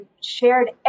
shared